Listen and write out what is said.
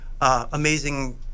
Amazing